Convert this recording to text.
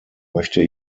möchte